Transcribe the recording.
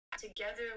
together